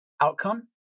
outcome